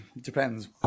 depends